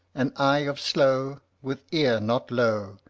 an eye of sloe, with ear not low,